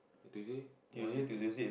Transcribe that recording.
Tuesday one two